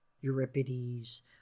Euripides